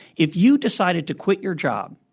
if you decided to quit your job,